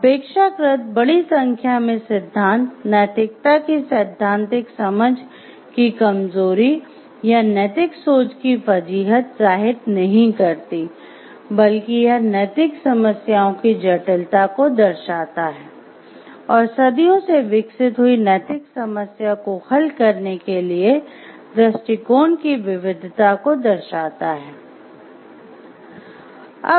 अपेक्षाकृत बड़ी संख्या में सिद्धांत नैतिकता की सैद्धांतिक समझ की कमजोरी या नैतिक सोच की फज़ीहत को दर्शाता है और सदियों से विकसित हुई नैतिक समस्या को हल करने के लिए दृष्टिकोण की विविधता को दर्शाता है